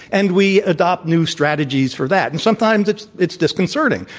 and we adopt new strategies for that. and sometimes it's it's disconcerting.